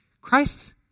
Christ